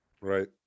right